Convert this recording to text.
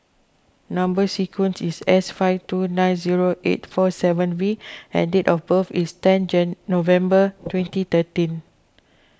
Number Sequence is S five two nine zero eight four seven V and date of birth is ten Jane November twenty thirteen